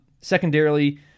Secondarily